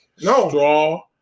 No